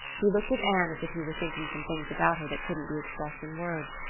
he looked at anne as if he were thinking some things about her that couldn't be expressed in words.